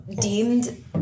deemed